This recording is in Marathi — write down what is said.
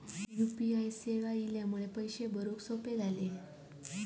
यु पी आय सेवा इल्यामुळे पैशे भरुक सोपे झाले